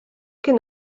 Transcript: kien